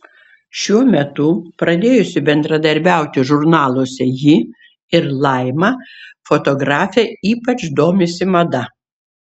šiuo metu pradėjusi bendradarbiauti žurnaluose ji ir laima fotografė ypač domisi mada